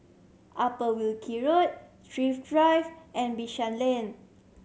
Upper Wilkie Road Thrift Drive and Bishan Lane